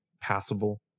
passable